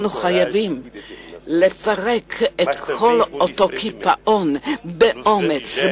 אנחנו חייבים לפרק את כל אותו קיפאון באומץ,